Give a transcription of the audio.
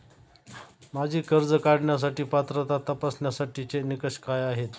माझी कर्ज काढण्यासाठी पात्रता तपासण्यासाठीचे निकष काय आहेत?